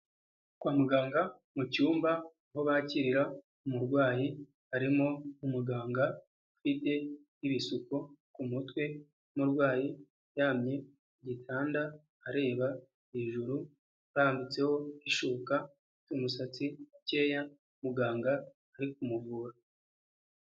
Kwa muganga mu cyumba aho bakirira umurwayi, harimo umuganga ufite ibisuko ku mutwe, n'umurwayi uryamye ku gitanda areba hejuru, arambitseho ishuka, ufite umusatsi mukeya muganga ari kumuvura.